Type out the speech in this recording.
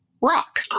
rock